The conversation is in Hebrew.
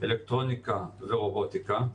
אלקטרוניקה ורובוטיקה.